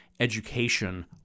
education